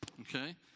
okay